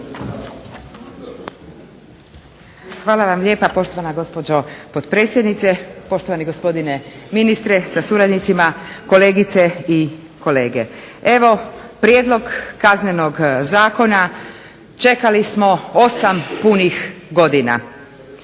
Hvala vam lijepa. Poštovana gospođo potpredsjednice, poštovani gospodine ministre sa suradnicima, kolegice i kolege zastupnici. Evo prijedlog Kaznenog zakona čekali smo 8 punih godina.